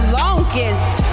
longest